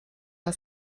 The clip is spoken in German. war